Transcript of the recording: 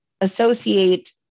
associate